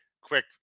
quick